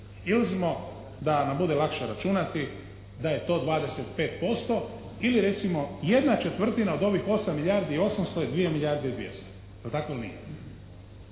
Ili uzmimo da nam bude lakše računati da je to 25% ili recimo ¼ od ovih 8 milijardi i 800 je 2 milijarde i dvjesto. Jel tako ili nije?